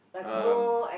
um